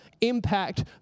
impact